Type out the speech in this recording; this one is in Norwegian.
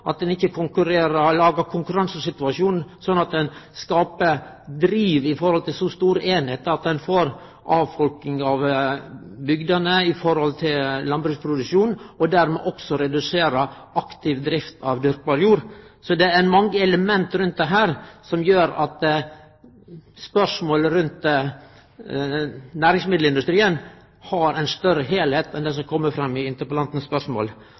at ein ikkje lagar konkurransesituasjonen slik at ein skaper driv i retning av så store einingar at ein får avfolking av bygdene og dermed også reduserer landbruksproduksjonen og aktiv drift av dyrkbar jord. Så det er mange element i dette som gjer at spørsmål rundt næringsmiddelindustrien har ein større heilskap enn det som kjem fram i interpellantens spørsmål.